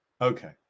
Okay